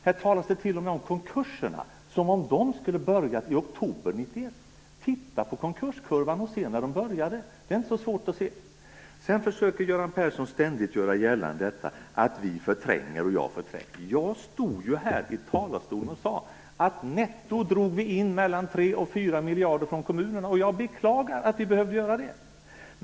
Det talas här t.o.m. om konkurserna som om de skulle ha börjat i oktober 1991. Titta på konkurskurvan och se när de började! Det är inte svårt. Vidare försöker Göran Persson ständigt göra gällande att vi och jag förtränger. Jag sade ju från denna talarstol att vi netto drog in mellan 3 och 4 miljarder från kommunerna och att jag beklagar att vi behövde göra det.